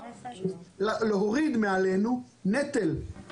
בגלל זה מאוד קריטי להפריד בין הדברים.